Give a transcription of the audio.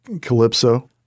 Calypso